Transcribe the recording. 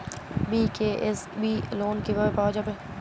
BKSB loan কিভাবে পাওয়া যাবে?